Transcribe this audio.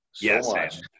yes